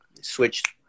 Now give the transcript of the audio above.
switched